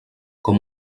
com